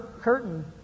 Curtain